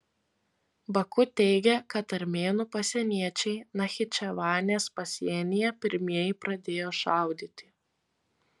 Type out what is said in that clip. baku teigia kad armėnų pasieniečiai nachičevanės pasienyje pirmieji pradėjo šaudyti